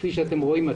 כפי שאתם רואים,